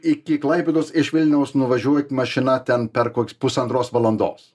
iki klaipėdos iš vilniaus nuvažiuot mašina ten per kokios pusantros valandos